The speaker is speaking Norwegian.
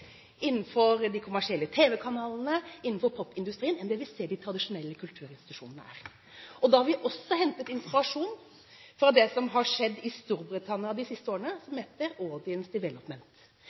innenfor de kommersielle tv-kanalene og innenfor popindustrien enn det vi ser de tradisjonelle kulturinstitusjonene er? Da har vi også hentet inspirasjon fra det som har skjedd i Storbritannia de siste årene